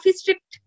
strict